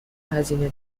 هزینه